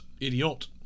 Idiot